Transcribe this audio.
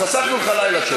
אז חסכנו לך לילה,